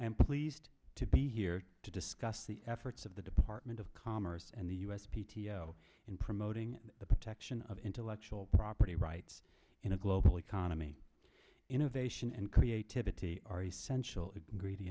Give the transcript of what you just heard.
am pleased to be here to discuss the efforts of the department of commerce and the u s p t o in promoting the protection of intellectual property rights in a global economy innovation and creativity are essential